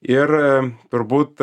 ir turbūt